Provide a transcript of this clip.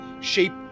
shape